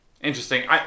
Interesting